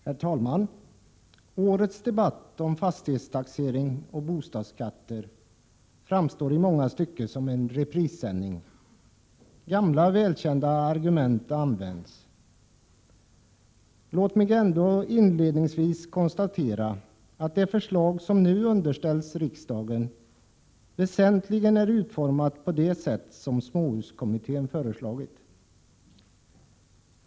Herr talman! Årets debatt om fastighetstaxering och bostadsskatter 25 maj 1988 framstår i många stycken som en reprissändning. Gamla välkända argument används. Låt mig ändå inledningsvis konstatera att de förslag som nu underställs riksdagen väsentligen är utformade på det sätt som småhuskommittén föreslagit.